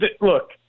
look